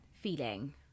feeling